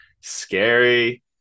scary